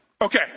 okay